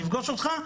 נפגוש אותך,